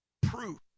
proof